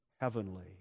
heavenly